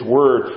Word